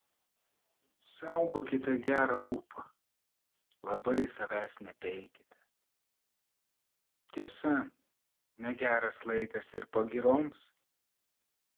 saugokite gerą ūpą labai savęs nepeikite tiesa negeras laikas ir pagyroms